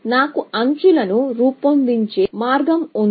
నాకు ఎడ్జ్ లను రూపొందించే మార్గం ఉంది